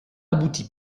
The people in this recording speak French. abouti